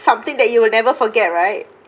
something that you will never forget right